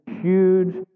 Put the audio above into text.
huge